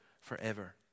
forever